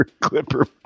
clipper